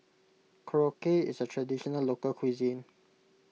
Korokke is a Traditional Local Cuisine